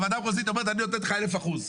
והוועדה המחוזית אומרת: אני נותנת לך אלף אחוז.